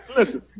listen